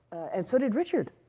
and so did richard.